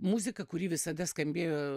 muzika kuri visada skambėjo